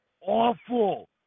awful